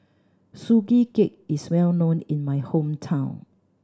Sugee Cake is well known in my hometown